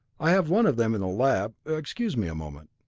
i have one of them in the lab excuse me a moment.